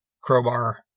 Crowbar